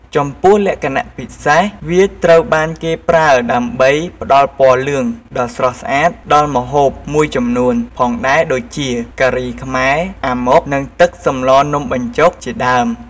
ចំពោះលក្ខណៈពិសេស វាត្រូវបានគេប្រើដើម្បីផ្តល់ពណ៌លឿងដ៏ស្រស់ស្អាតដល់ម្ហូបមួយចំនួនផងដែរដូចជា ការីខ្មែរ អាម៉ុក និងទឹកសម្លនំបញ្ចុកជាដើម។